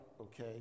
okay